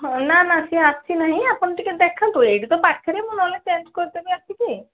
ହଁ ନାଁ ନାଁ ସିଏ ଆସି ନାହିଁ ଆପଣ ଟିକେ ଦେଖାନ୍ତୁ ଏଇଠି ତ ପାଖରେ ମୁଁ ନହେଲେ ଚେଞ୍ଜ୍ କରିଦେବି ଆସିକି